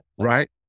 Right